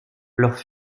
leurs